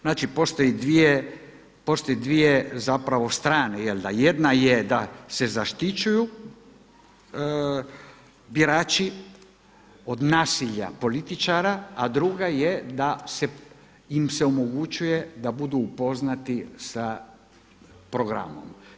Znači postoje dvije strane, jedna je da se zaštićuju birači od nasilja političara, a druga je da im se omogućuje da budu upoznati sa programom.